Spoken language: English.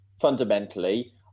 Fundamentally